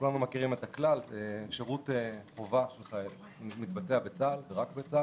כולנו מכירים שיש שירות חובה שמתבצע בצה"ל ורק בו.